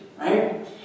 Right